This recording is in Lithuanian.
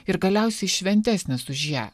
ir galiausiai šventesnis už ją